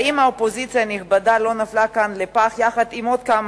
האם האופוזיציה הנכבדה לא נפלה כאן בפח יחד עם עוד כמה